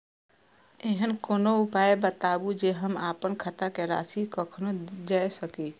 ऐहन कोनो उपाय बताबु जै से हम आपन खाता के राशी कखनो जै सकी?